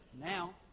Now